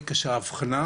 שם קשה יותר האבחנה,